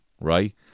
right